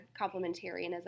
complementarianism